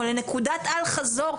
או לנקודת אל-חזור,